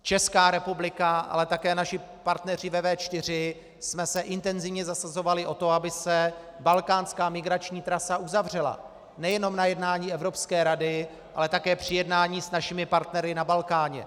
Česká republika, ale také naši partneři ve V4 jsme se intenzivně zasazovali o to, aby se balkánská migrační trasa uzavřela, nejenom na jednání Evropské rady, ale také při jednání s našimi partnery na Balkáně.